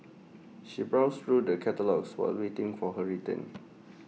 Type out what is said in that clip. she browsed through the catalogues while waiting for her return